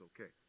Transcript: okay